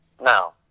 now